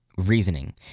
reasoning